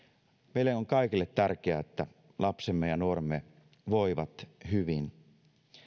meille on kaikille tärkeää että lapsemme ja nuoremme voivat hyvin